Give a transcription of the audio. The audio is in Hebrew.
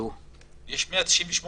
לכן,